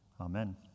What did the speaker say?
Amen